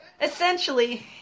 Essentially